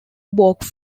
bogue